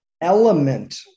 element